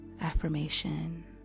affirmation